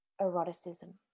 eroticism